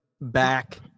back